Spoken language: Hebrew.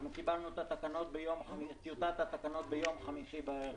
אנחנו קיבלנו את טיוטת התקנות ביום חמישי בערב.